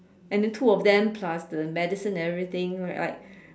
and then two of them plus the medicine and everything right